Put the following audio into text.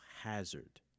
hazard